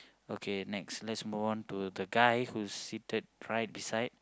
okay next let's move on to the guy who is seated right beside